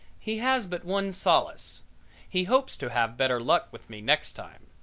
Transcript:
he has but one solace he hopes to have better luck with me next time.